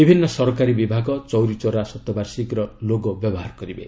ବିଭିନ୍ନ ସରକାରୀ ବିଭାଗ ଚୌରୀ ଚୌରା ଶତବାର୍ଷିକୀର 'ଲୋଗୋ' ବ୍ୟବହାର କରିବେ